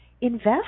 invest